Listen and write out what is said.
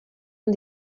amb